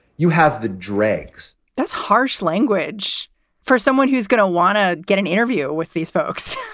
you have the dregs that's harsh language for someone who's going to want to get an interview with these folks